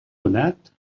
donat